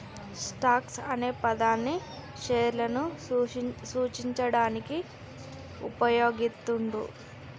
stocks అనే పదాన్ని షేర్లను సూచించడానికి వుపయోగిత్తండ్రు